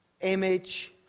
image